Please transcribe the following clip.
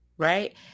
Right